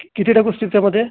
किती टाकू स्ट्रीप त्यामध्ये